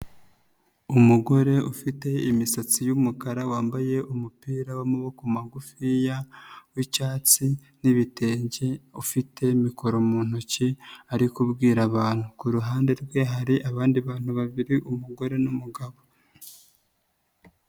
Umugore ufite imisatsi y'umukara wambaye umupira w'amaboko magufiya w'icyatsi n'ibitenge ufite mikoro mu ntoki ari kubwira abantu. Kuruhande rwe hari abandi bantu babiri umugore n'umugabo.